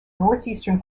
northeastern